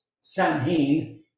Samhain